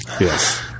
Yes